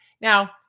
Now